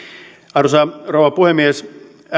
arvoisa rouva puhemies